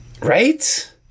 Right